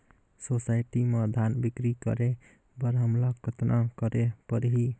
Society म धान बिक्री करे बर हमला कतना करे परही?